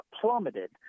plummeted